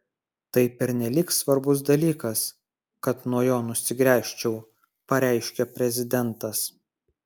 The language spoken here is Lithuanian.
tai pernelyg svarbus dalykas kad nuo jo nusigręžčiau pareiškė prezidentas